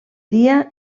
dia